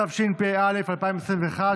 התשפ"א 2021,